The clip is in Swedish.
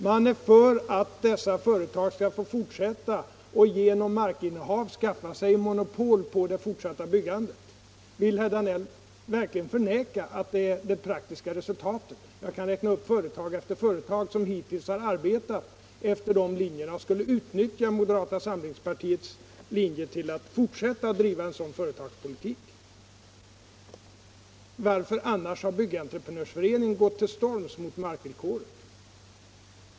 Man är för att dessa företag skall fortsätta att genom markinnehav skaffa sig monopol på det fortsatta byggandet. Vill herr Danell förneka att detta är det praktiska resultatet? Jag kan räkna upp företag efter företag som hittills har arbetat efter de linjerna och skulle utnyttja moderata samlingspartiets linje till att fortsätta att driva en sådan företagspolitik. Varför har annars Byggnadsentreprenör 135 föreningen gått till storms mot markvillkoren?